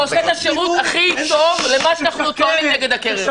אתה עושה את השירות הכי טוב למה שאנחנו צועקים נגד הקרן.